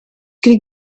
could